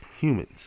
humans